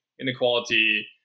inequality